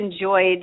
enjoyed